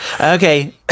okay